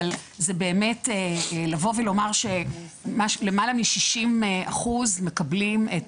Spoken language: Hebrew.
אבל זה באמת לבוא ולומר שלמעלה מ-60% מקבלים.